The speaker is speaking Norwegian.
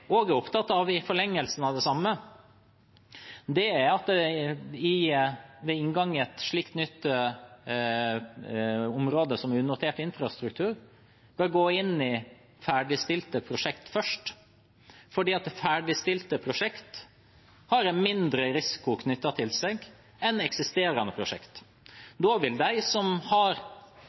er opptatt av i forlengelsen av det samme, er at ved inngang i et nytt område som unotert infrastruktur bør man gå inn i ferdigstilte prosjekter først, fordi ferdigstilte prosjekter har en mindre risiko knyttet til seg enn eksisterende prosjekter. Da vil de som har